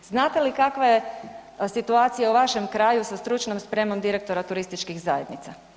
Znate li kakva je situacija u vašem kraju sa stručnom spremom direktora turističkih zajednica?